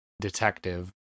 detective